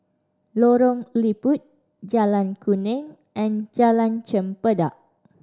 Lorong Liput Jalan Kuning and Jalan Chempedak